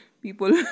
people